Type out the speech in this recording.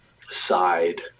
side